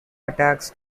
attacks